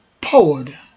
powered